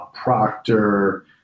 Proctor